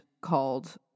called